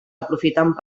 aprofitant